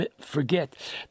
forget